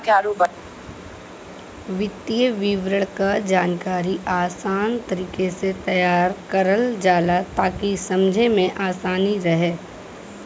वित्तीय विवरण क जानकारी आसान तरीके से तैयार करल जाला ताकि समझे में आसानी रहे